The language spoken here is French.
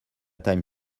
time